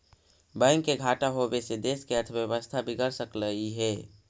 bank के घाटा होबे से देश के अर्थव्यवस्था बिगड़ सकलई हे